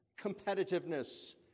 competitiveness